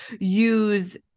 use